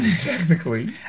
Technically